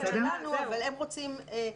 זה לפי הערות שלנו, אבל הם רוצים להבהיר